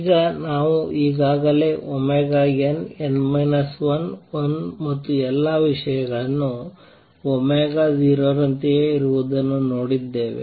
ಈಗ ನಾವು ಈಗಾಗಲೇ nn 11 ಮತ್ತು ಈ ಎಲ್ಲ ವಿಷಯಗಳು 0 ರಂತೆಯೇ ಇರುವುದನ್ನು ನೋಡಿದ್ದೇವೆ